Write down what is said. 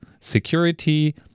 security